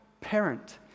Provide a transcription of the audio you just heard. parent